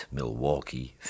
Milwaukee